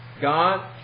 God